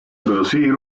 producir